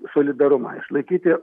solidarumą išlaikyti